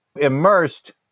immersed